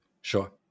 Sure